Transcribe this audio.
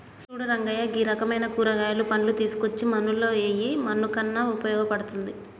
సూడు రంగయ్య గీ రకమైన కూరగాయలు, పండ్లు తీసుకోచ్చి మన్నులో ఎయ్యి మన్నుకయిన ఉపయోగ పడుతుంది